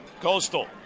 Coastal